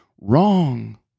wrong